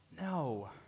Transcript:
no